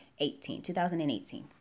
2018